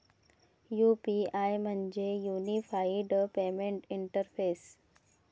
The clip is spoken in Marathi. यू.पी.आय म्हणजे युनिफाइड पेमेंट इंटरफेस